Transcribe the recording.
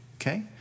Okay